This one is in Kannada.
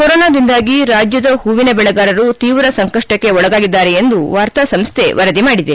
ಕೊರೊನಾದಿಂದಾಗಿ ರಾಜ್ಯದ ಹೂವಿನ ಬೆಳೆಗಾರರು ತೀವ್ರ ಸಂಕಷ್ಟಕ್ಕೆ ಒಳಗಾಗಿದ್ದಾರೆ ಎಂದು ವಾರ್ತಾ ಸಂಸ್ಥೆ ವರದಿ ಮಾಡಿದೆ